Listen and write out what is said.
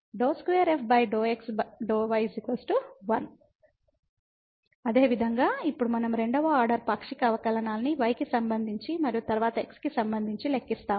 ∂2f∂ x ∂ y1 అదేవిధంగా ఇప్పుడు మనం రెండవ ఆర్డర్ పాక్షిక అవకలనాన్ని y కి సంబంధించి మరియు తరువాత x కి సంబంధించి లెక్కిస్తాము